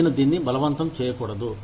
నేను దీన్ని బలవంతం చేయకూడదు